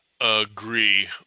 agree